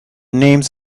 names